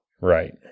Right